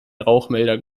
rauchmelder